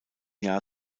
jahr